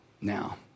now